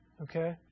okay